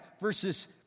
verses